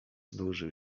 dłużył